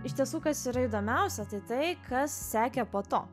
iš tiesų kas yra įdomiausia tai tai kas sekė po to